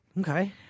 Okay